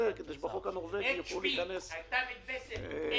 ב"בית הדפוס של יש